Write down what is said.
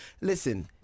Listen